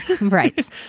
right